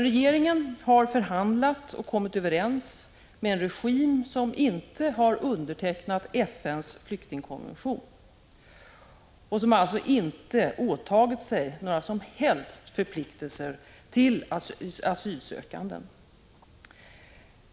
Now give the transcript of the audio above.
Regeringen har förhandlat och kommit överens med en regim som inte har undertecknat FN:s flyktingkonvention och som alltså inte har åtagit sig några som helst förpliktelser gentemot de asylsökande.